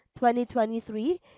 2023